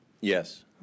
Yes